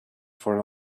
for